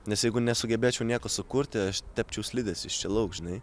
nes jeigu nesugebėčiau nieko sukurti aš tepčiau slides iš čia lauk žinai